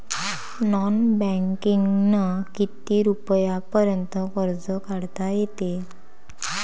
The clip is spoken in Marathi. नॉन बँकिंगनं किती रुपयापर्यंत कर्ज काढता येते?